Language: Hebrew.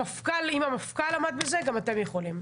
אם המפכ"ל עמד בזה, גם אתם יכולים.